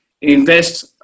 invest